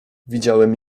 widziałem